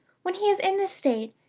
when he is in this state,